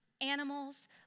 animals